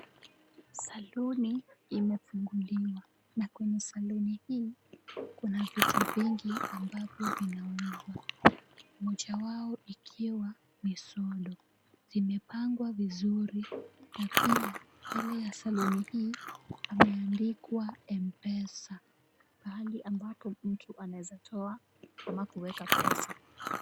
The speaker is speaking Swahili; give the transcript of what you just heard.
Saluni imefunguliwa na kwenye saluni hii kuna vitu vingi ambavyo vinauzwa, moja wao ikiwa ni sodo, zimepangwa vizuri, na pia mbele ya saluni hii pameandikwa Mpesa, pahali ambapo mtu anaweza toa ama kuweka pesa.